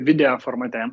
video formate